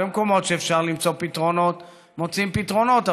במקומות שאפשר למצוא פתרונות מוצאים פתרונות.